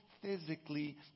Physically